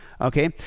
Okay